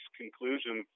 conclusion